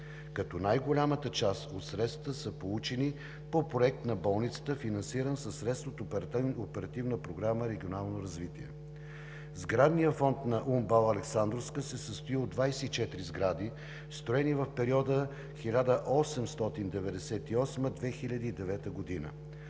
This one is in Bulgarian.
като най-голямата част от средствата са получени по проект на болницата, финансиран със средства от Оперативна програма „Регионално развитие“. Сградният фонд на УМБАЛ „Александровска“ се състои от 24 сгради, строени в периода 1898 – 2009 година.